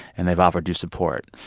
and they've offered you support.